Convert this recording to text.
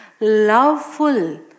loveful